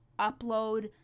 upload